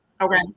Okay